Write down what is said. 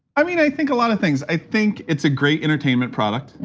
i mean, i think a lot of things. i think it's a great entertainment product.